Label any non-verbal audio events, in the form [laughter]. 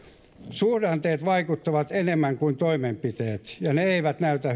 suhdanteet vaikuttavat enemmän kuin toimenpiteet ja ne eivät näytä [unintelligible]